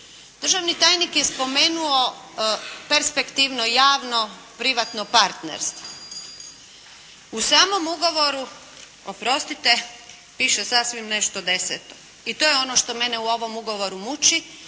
Državni tajnik je spomenuo perspektivno i javno privatno partnerstvo. U samom ugovoru oprostite piše sasvim nešto deseto. I to je ono što mene u ovom ugovoru muči.